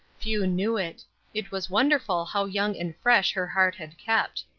few knew it it was wonderful how young and fresh her heart had kept.